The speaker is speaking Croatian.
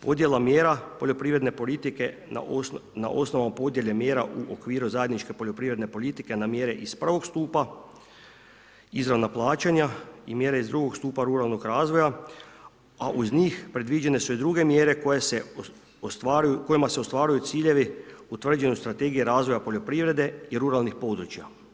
Podjela mjera poljoprivredne politike na osnove podjele mjera u okviru zajedničke poljoprivredne politike na mjere iz 1. stupa, izravna plaćanja i mjere iz 2. stupa ruralnog razvoja, a uz njih predviđene su i druge mjere kojima se ostvaruju ciljevi, utvrđuju strategije razvoja poljoprivrede i ruralnih područja.